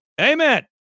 Amen